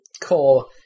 core